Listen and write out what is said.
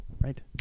Right